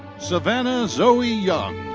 savannah zoey young.